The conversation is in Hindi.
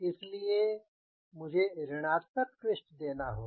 इसलिए मुझे एक ऋणात्मक ट्विस्ट देना होगा